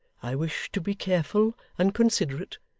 i wish to be careful and considerate,